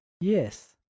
Yes